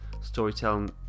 storytelling